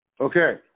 Okay